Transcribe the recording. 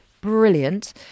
brilliant